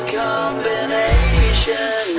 combination